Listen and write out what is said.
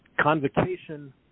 Convocation